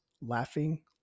laughing